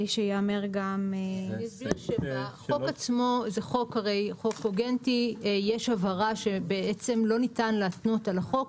זה הרי חוק קוגנטי ויש הבהרה שלמעשה לא ניתן להתנות על החוק,